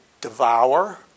devour